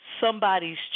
somebody's